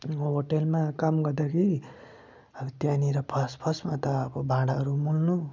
मो होटेलमा काम गर्दाखेरि अब त्यहाँनिर फर्स्ट फर्स्टमा त अब भाँडाहरू मोल्नु